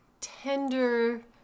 tender